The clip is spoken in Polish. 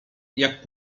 jak